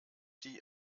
die